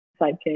sidekick